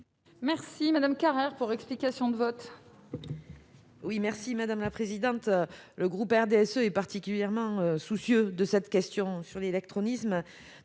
Mme Maryse Carrère, pour explication de vote.